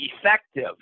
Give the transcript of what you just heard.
effective